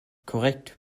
korrekt